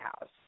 house